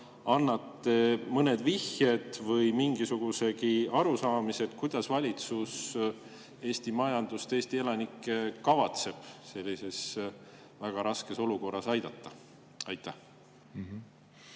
annad mõned vihjed või mingisugusegi arusaamise, kuidas valitsus Eesti majandust, Eesti elanikke kavatseb sellises väga raskes olukorras aidata. Tänan,